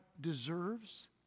deserves